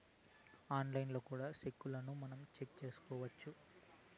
ఆన్లైన్లో కూడా సెక్కును మనం చెక్ చేసుకోవచ్చు